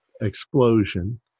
explosion